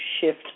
shift